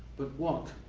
but what?